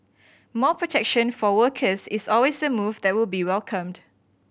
more protection for workers is always a move that will be welcomed